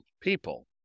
people